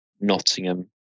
Nottingham